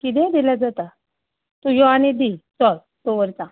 कितेंय दिल्यार जाता तूं यो आनी दी चल दवरता